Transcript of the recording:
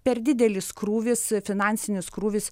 per didelis krūvis finansinis krūvis